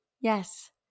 Yes